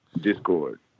Discord